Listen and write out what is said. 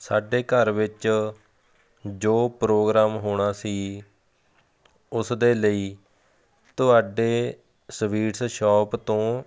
ਸਾਡੇ ਘਰ ਵਿੱਚ ਜੋ ਪ੍ਰੋਗਰਾਮ ਹੋਣਾ ਸੀ ਉਸਦੇ ਲਈ ਤੁਹਾਡੇ ਸਵੀਟਸ ਸ਼ੌਪ ਤੋਂ